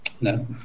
No